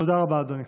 תודה רבה, אדוני.